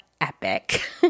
epic